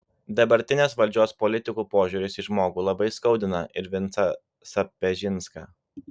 dabartinės valdžios politikų požiūris į žmogų labai skaudina ir vincą sapežinską